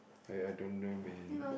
I I don't know man